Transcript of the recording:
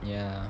ya